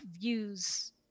views